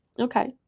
okay